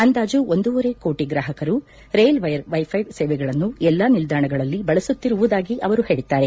ಅಂದಾಜು ಒಂದೂವರೆ ಕೋಟಿ ಗ್ರಾಹಕರು ರೈಲ್ವೈರ್ ವೈಫೈ ಸೇವೆಗಳನ್ನು ಎಲ್ಲಾ ನಿಲ್ದಾಣಗಳಲ್ಲಿ ಬಳಸುತ್ತಿರುವುದಾಗಿ ಅವರು ಹೇಳಿದ್ದಾರೆ